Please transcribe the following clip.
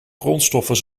grondstoffen